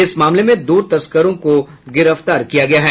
इस मामले में दो तस्करों को गिरफ्तार किया गया है